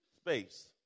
space